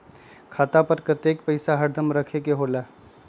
खाता पर कतेक पैसा हरदम रखखे के होला?